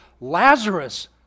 Lazarus